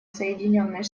соединенные